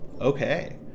Okay